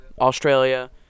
Australia